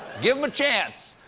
give him a chance.